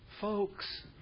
folks